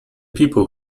people